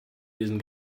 diesen